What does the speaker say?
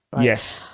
Yes